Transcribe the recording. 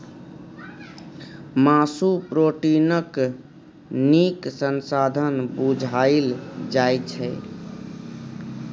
मासु प्रोटीनक नीक साधंश बुझल जाइ छै